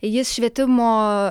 jis švietimo